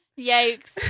Yikes